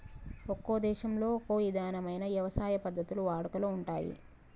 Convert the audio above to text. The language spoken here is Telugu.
ఒక్కో దేశంలో ఒక్కో ఇధమైన యవసాయ పద్ధతులు వాడుకలో ఉంటయ్యి